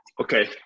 okay